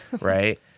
Right